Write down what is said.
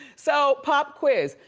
so, pop quiz,